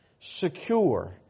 secure